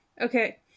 Okay